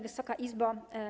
Wysoka Izbo!